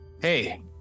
Hey